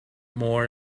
more